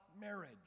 marriage